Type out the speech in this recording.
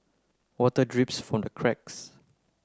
water drips from the cracks